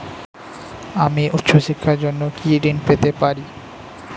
আমি উচ্চশিক্ষার জন্য কি ঋণ পেতে পারি?